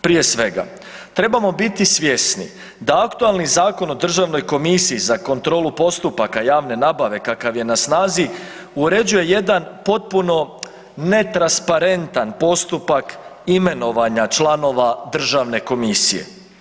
Prije svega trebamo biti svjesni da aktualni Zakon o državnoj komisiji za kontrolu postupaka javne nabave kakav je na snazi uređuje jedan potpuno netransparentan postupak imenovanja članova državne komisije.